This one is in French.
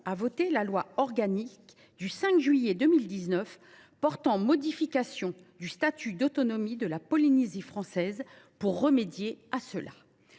a voté la loi organique du 5 juillet 2019 portant modification du statut d’autonomie de la Polynésie française pour remédier à cette